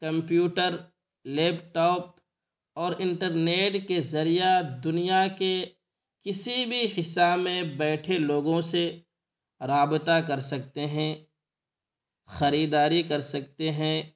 computer laptop اور internet کے ذریعہ دنیا کے کسی بھی حصہ میں بیٹھے لوگوں سے رابطہ کر سکتے ہیں خریداری کر سکتے ہیں